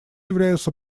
являются